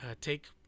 Take